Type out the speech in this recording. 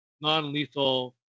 non-lethal